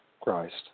Christ